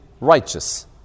righteous